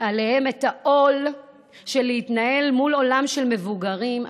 עליהם את העול של להתנהל מול עולם של מבוגרים,